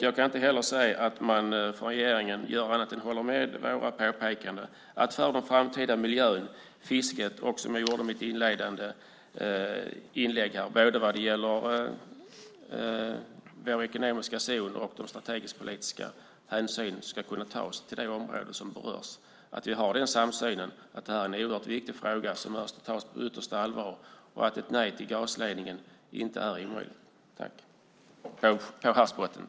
Jag kan inte heller se att man från regeringen gör annat än håller med i våra påpekanden om de hänsyn som ska tas. Det gäller både miljön och fisket i vår ekonomiska zon och de strategisk-politiska hänsyn som ska kunna tas till det område som berörs. Vi har samsynen att detta är en oerhört viktig fråga som måste tas på yttersta allvar och att ett nej till gasledningen på havsbottnen inte är omöjligt.